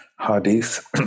Hadith